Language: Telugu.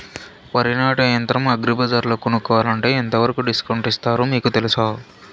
వరి నాటే యంత్రం అగ్రి బజార్లో కొనుక్కోవాలంటే ఎంతవరకు డిస్కౌంట్ ఇస్తారు మీకు తెలుసా?